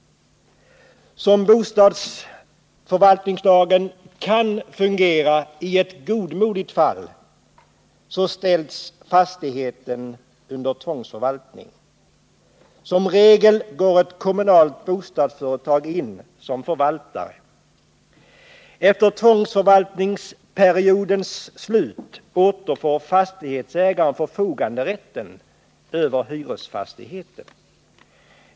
Som bostadsförvaltningslagen kan fungera i ett godartat fall ställs fastigheten under tvångsförvaltning. I regel går ett kommunalt bostadsföretag in som förvaltare. Efter tvångsförvaltningsperiodens slut återfår fastighetsägaren förfoganderätten över hyresfastigheten.